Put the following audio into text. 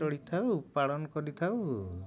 ଚଳିଥାଉ ପାଳନ କରିଥାଉ